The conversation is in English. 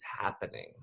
happening